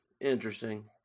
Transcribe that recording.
interesting